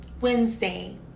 Wednesday